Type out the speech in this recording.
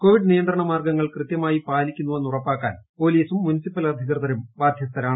Covid നിയന്ത്രണ മാർഗ്ഗങ്ങൾ കൃത്യമായി പാലിക്കുന്നുവെന്ന് ഉറപ്പാക്കാൻ പോലീസും മുനിസിപ്പൽ അധികൃതരും ബാധ്യസ്ഥരാണ്